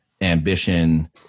ambition